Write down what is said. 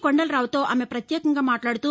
కొండలరావుతో ఆమె ప్రత్యేకంగా మాట్లాడుతూ